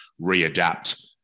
readapt